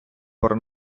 про